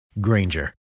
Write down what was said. Granger